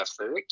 effort